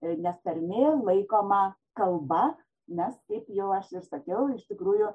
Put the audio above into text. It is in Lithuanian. nes tarmės laikoma kalba nes kaip jau aš ir sakiau iš tikrųjų